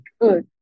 good